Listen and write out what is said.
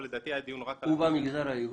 ובמגזר היהודי?